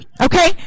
okay